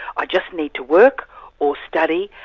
i just need to work or study,